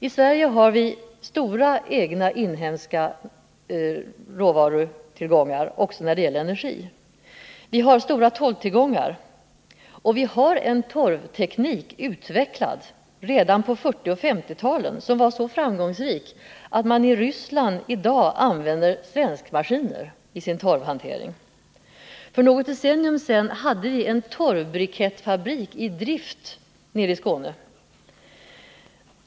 I Sverige har vi stora inhemska råvarutillgångar också när det gäller energi. Vi har stora torvtillgångar, och vi har en torvteknik som utvecklades redan på 1940 och 1950-talen och som varit så framgångsrik att man i Ryssland i dag använder ”svenskmaskiner” i sin torvhantering. För något decennium sedan hade vi en torvbrikettfabrik i drift i Skåne.